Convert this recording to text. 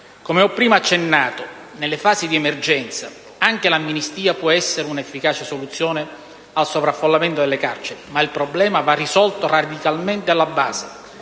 Come ho prima accennato, nelle fasi di emergenza anche l'amnistia può essere un'efficace soluzione al sovraffollamento delle carceri, ma il problema va risolto radicalmente alla base.